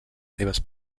seves